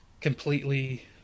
completely